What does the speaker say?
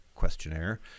Questionnaire